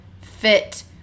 fit